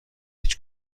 هیچ